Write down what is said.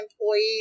employees